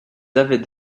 avaient